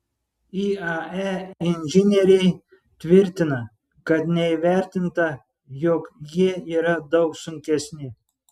iae inžinieriai tvirtina kad neįvertinta jog jie yra daug sunkesni